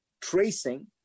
tracing